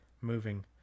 moving